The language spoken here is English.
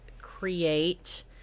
create